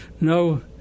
no